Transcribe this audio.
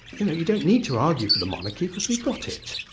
you know, you don't need to argue for the monarchy, because we've got it.